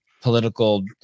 political